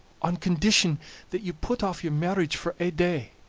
on condition that you put off your marriage for ae day,